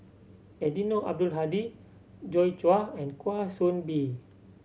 Eddino Abdul Hadi Joi Chua and Kwa Soon Bee